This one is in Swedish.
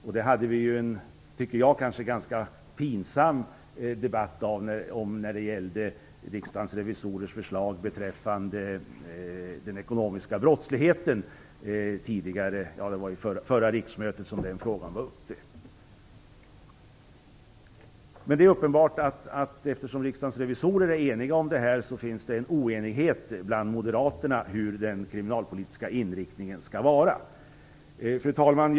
Det här hade vi en i mitt tycke ganska pinsam debatt om när det gällde Riksdagens revisorers förslag beträffande den ekonomiska brottsligheten under förra riksmötet. Eftersom Riksdagens revisorer är eniga om det här så finns det uppenbarligen en oenighet bland Moderaterna om hur den kriminalpolitiska inriktningen skall vara. Fru talman!